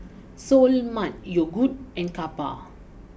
Seoul Mart Yogood and Kappa